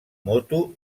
moto